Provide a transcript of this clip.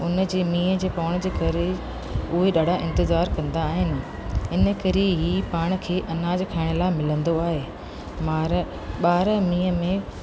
उन जे मींहं जे पवण जे करे उहो ई ॾाढा इंतिज़ारु कंदा आहिनि इन करे ई पाण खे अनाज खाइण लाइ मिलंदो आहे मार ॿार मींहं में